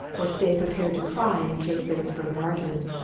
or stay prepared to cry in case there was further argument.